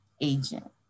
agent